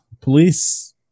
police